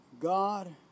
God